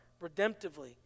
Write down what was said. redemptively